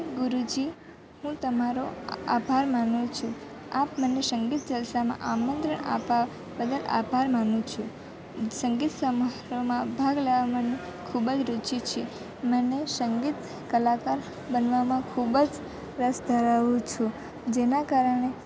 પ્રતિ ગુરુજી હું તમારો આભાર માનું છું આપ મને સંગીત જલસામાં આમંત્રણ આપવા બદલ આભાર માનું છું સંગીત સમારોહમાં ભાગ ખૂબ જ રુચિ છે મને સંગીત કલાકાર બનવામાં ખૂબ જ રસ ધરાવું છું જેના કારણે